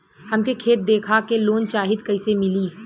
हमके खेत देखा के लोन चाहीत कईसे मिली?